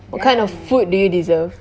what kind of food do you deserve